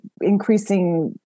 increasing